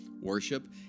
worship